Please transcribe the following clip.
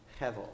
hevel